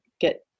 get